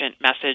message